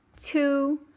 Two